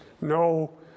no